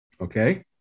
okay